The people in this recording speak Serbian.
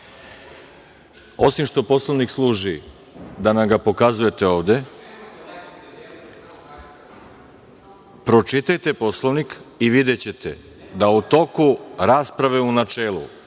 što Poslovnik služi da nam ga pokazujete ovde, pročitajte Poslovnik i videćete da u toku rasprave u načelu